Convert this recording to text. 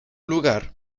lugar